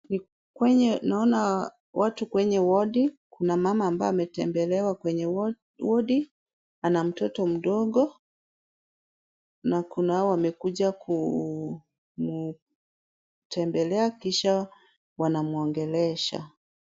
Kwenye naona watu kwenye wodi. Kuna mama ambaye ametembelewa kwenye wodi ana mtoto mdogo na kunao wamekuja kumutembelea kisha wanamuongelesha.